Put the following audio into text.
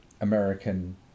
American